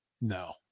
No